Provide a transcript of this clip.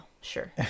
sure